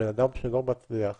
בן אדם שלא מצליח